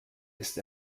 ist